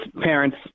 parents